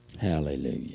Hallelujah